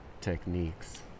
techniques